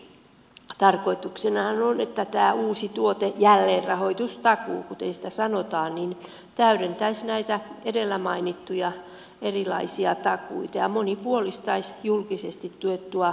tarkoituksenahan on että tämä uusi tuote jälleenrahoitustakuu kuten sitä sanotaan täydentäisi näitä edellä mainittuja erilaisia takuita ja monipuolistaisi julkisesti tuettua vienninrahoitusjärjestelmää